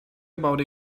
about